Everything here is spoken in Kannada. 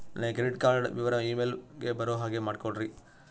ನನಗೆ ಕ್ರೆಡಿಟ್ ಕಾರ್ಡ್ ವಿವರ ಇಮೇಲ್ ಗೆ ಬರೋ ಹಾಗೆ ಮಾಡಿಕೊಡ್ರಿ?